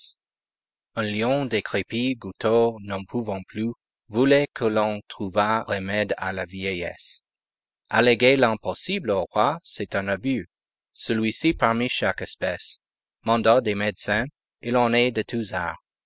un lion décrépit goutteux n'en pouvant plus voulait que l'on trouvât remède à la vieillesse alléguer l'impossible aux rois c'est un abus celui-ci parmi chaque espèce manda des médecins il en est de tous